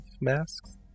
masks